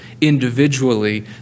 individually